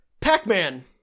Pac-Man